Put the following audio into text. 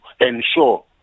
ensure